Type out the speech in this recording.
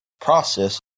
process